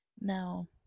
now